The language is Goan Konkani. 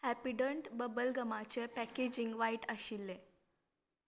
हॅपिडंट बबल गमाचें पॅकेजींग वायट आशिल्लें